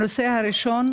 הנושא הראשון,